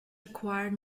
require